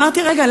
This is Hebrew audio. אמרתי: רגע,